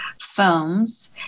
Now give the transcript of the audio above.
films